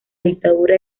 dictadura